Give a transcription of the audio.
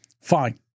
Fine